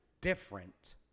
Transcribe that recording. different